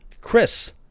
Chris